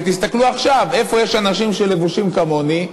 ותסתכלו עכשיו איפה יש אנשים שלבושים כמוני,